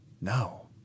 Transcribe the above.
No